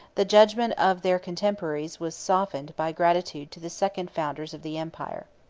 the judgment of their contemporaries was softened by gratitude to the second founders of the empire.